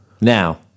Now